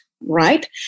right